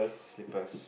slippers